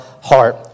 heart